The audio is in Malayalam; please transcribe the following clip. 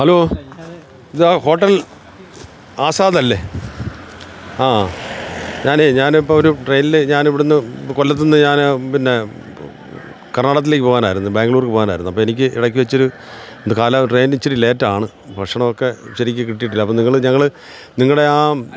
ഹലോ ഇത് ഹോട്ടൽ ആസാദല്ലേ ആ ഞാനേ ഞാനിപ്പോൾ ഒരു ട്രെയിനിൽ ഞാൻ ഇവിടുന്ന് കൊല്ലത്തുനിന്ന് ഞാൻ പിന്നെ കർണാടകത്തിലേക്ക് പോകാനായിരുന്നു ബാംഗ്ലൂര് പോവാനായിരുന്നു അപ്പോൾ എനിക്ക് ഇടയ്ക്ക് വെച്ചൊരു എൻ്റെ ട്രെയിന് ഇച്ചിരി ലേറ്റാണ് ഭക്ഷണം ഒക്കെ ശരിക്ക് കിട്ടിയിട്ടില്ല അപ്പോൾ നിങ്ങൾ ഞങ്ങൾ നിങ്ങളുടെ ആ